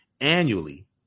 annually